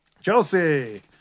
Chelsea